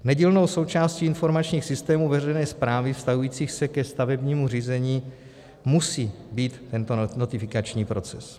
Nedílnou součástí informačních systémů veřejné správy vztahujících se ke stavebnímu řízení musí být tento notifikační proces.